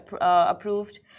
approved